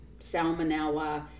salmonella